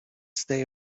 stay